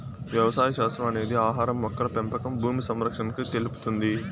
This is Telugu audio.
వ్యవసాయ శాస్త్రం అనేది ఆహారం, మొక్కల పెంపకం భూమి సంరక్షణను తెలుపుతుంది